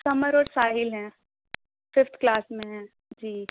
ثمر اور ساحل ہیں ففتھ کلاس میں ہیں جی